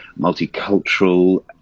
multicultural